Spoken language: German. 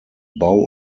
bau